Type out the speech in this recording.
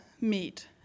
meet